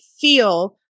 feel